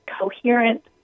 coherent